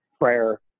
prayer